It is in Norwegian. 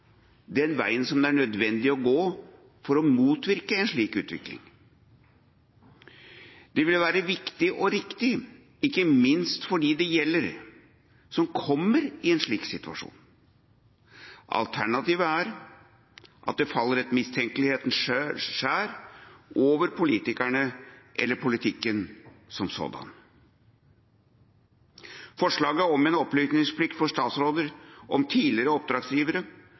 den veien som det er nødvendig å gå for å motvirke en slik utvikling. Det ville være viktig og riktig, ikke minst for dem det gjelder som kommer i en slik situasjon. Alternativet er at det faller et mistenkelighetens skjær over politikerne eller over politikken som sådan. Forslaget om en opplysningsplikt for statsråder om tidligere oppdragsgivere